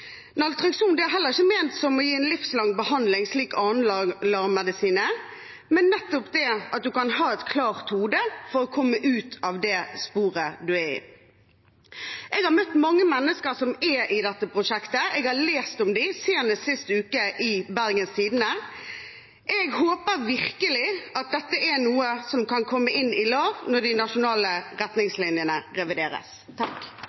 heller ikke ment å gis som livslang behandling, slik annen LAR-medisin er, men at man kan ha et klart hode for å komme ut av det sporet man er i. Jeg har møtt mange mennesker som er i dette prosjektet. Jeg har lest om dem, senest sist uke i Bergens Tidende. Jeg håper virkelig at dette er noe kan komme inn i LAR, når de nasjonale